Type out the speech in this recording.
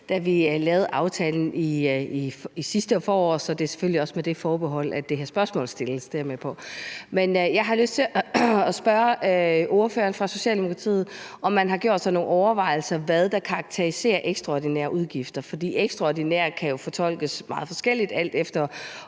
da vi lavede aftalen sidste forår. Så det er selvfølgelig også med det forbehold, at det her spørgsmål stilles; det er jeg med på. Men jeg har lyst til at spørge ordføreren fra Socialdemokratiet, om man har gjort sig nogen overvejelser over, hvad der karakteriserer ekstraordinære udgifter, fordi »ekstraordinære« jo kan fortolkes meget forskelligt, alt efter